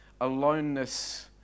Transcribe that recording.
aloneness